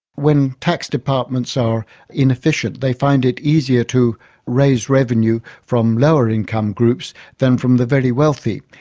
when tax departments are inefficient they find it easier to raise revenue from lower income groups than from the very wealthy.